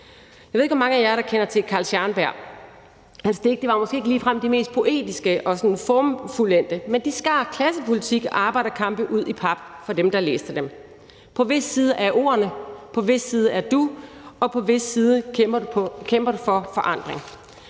Jeg ved ikke, hvor mange af jer der kender til Carl Scharnberg. Hans digte var måske ikke ligefrem de mest poetiske og sådan formfuldendte, men de skar klassepolitik og arbejderkampe ud i pap for dem, der læste dem: På hvis side er ordene, på hvis side er du, og på hvis side kæmper du for forandring?